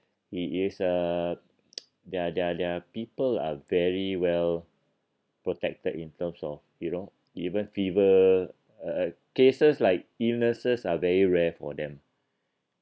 he is uh their their their people are very well protected in terms of you know even fever uh cases like illnesses are very rare for them